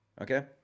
Okay